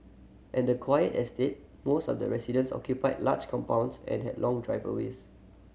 at the quiet estate most of the residences occupied large compounds and had long driveways